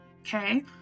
okay